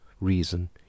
reason